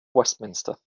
westminster